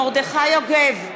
מרדכי יוגב,